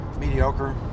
mediocre